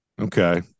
Okay